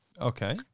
Okay